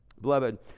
Beloved